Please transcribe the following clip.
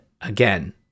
again